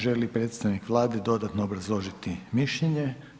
Želi li predstavnik Vlade dodatno obrazložiti mišljenje?